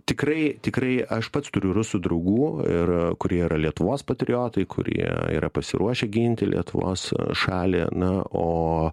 tikrai tikrai aš pats turiu rusų draugų ir kurie yra lietuvos patriotai kurie yra pasiruošę ginti lietuvos šalį na o